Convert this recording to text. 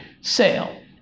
sale